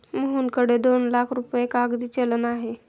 मोहनकडे दोन लाख रुपये कागदी चलन आहे